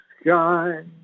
sky